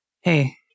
Hey